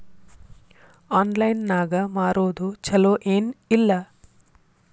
Online ನಾಗ್ ಮಾರೋದು ಛಲೋ ಏನ್ ಇಲ್ಲ?